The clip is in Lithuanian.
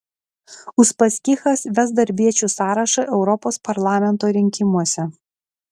uspaskichas ves darbiečių sąrašą europos parlamento rinkimuose